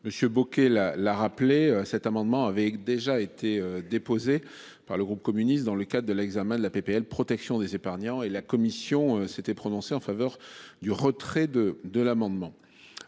monsieur Bocquet, la la rappeler, cet amendement avait déjà été déposée par le groupe communiste dans le cadre de l'examen de la PPL, protection des épargnants et la commission s'était prononcé en faveur du retrait de de l'amendement